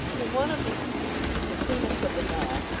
in one of these streets, the cleanest of them all,